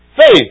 Faith